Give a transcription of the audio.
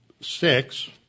six